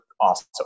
awesome